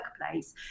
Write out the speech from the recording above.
workplace